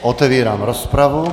Otevírám rozpravu.